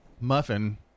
muffin